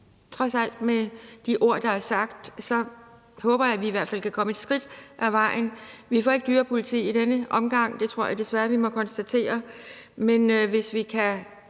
trods alt, med de ord, der er sagt, at vi kan komme et skridt ad vejen. Vi får ikke dyrepoliti i denne omgang. Det tror jeg desværre vi må konstatere.